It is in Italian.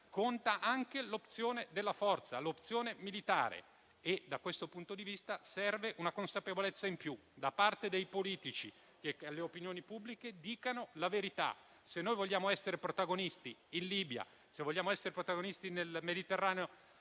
conta anche l'opzione della forza, l'opzione militare. Da questo punto di vista serve una consapevolezza in più da parte dei politici che alle opinioni pubbliche dicano la verità: se vogliamo essere protagonisti in Libia, se vogliamo essere protagonisti nel Mediterraneo